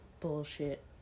bullshit